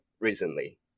recently